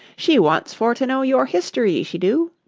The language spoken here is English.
she wants for to know your history, she do